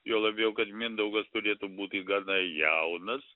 juo labiau kad mindaugas turėtų būti gana jaunas